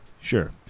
Sure